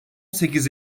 sekiz